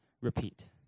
Repeat